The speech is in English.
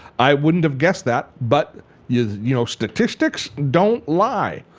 i wouldn't have guessed that but yeah you know statistics don't lie.